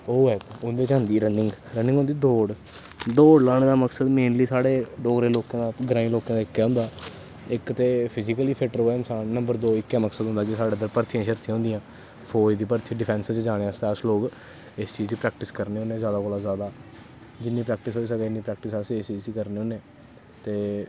ओह् ओह्दै च होंदी रनिंग रनिंग होंदी दौड़ दौड़ लाने दा मक्सद मेनली साढ़े डोगरे लोकें दा ते ग्राईं लोकें दा इक्कै होंदा इक ते फिजीकली फिट्ट रवै बंदा ते नंबर दो इक्कै मैकस होंदा साढ़ै भर्थियां शर्थियां होंदियां फोज़ दी भर्थी डिफैंस च जानें आस्तै अस लोग इस चीज़ दी प्रैक्टिस करनें होनें जादा कोला दा जादा जिन्नी प्रैक्टिस होई सकगै उन्नी प्रैकटिस अस इस चीज़ च करनें होने ते